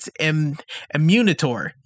Immunitor